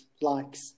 likes